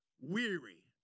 weary